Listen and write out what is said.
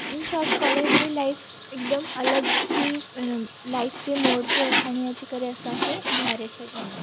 इन short college जी life हिकदमि अलॻि ई लाइफ जे मोड़ ते खणी अची करे असांखे बीहारे छॾियईं